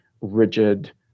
rigid